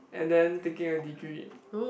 and then taking a degree